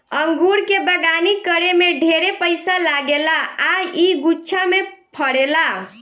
अंगूर के बगानी करे में ढेरे पइसा लागेला आ इ गुच्छा में फरेला